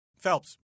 Phelps